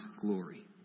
glory